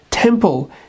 Temple